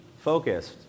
focused